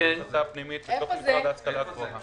שהם הסטה פנימית בתוך המשרד להשכלה גבוהה.